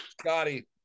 Scotty